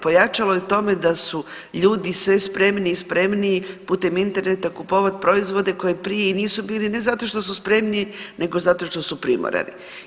Pojačalo je u tome da su ljudi sve spremniji i spremniji putem interneta kupovati proizvode koji prije i nisu bili ne zato što su spremni, nego zato što su primorani.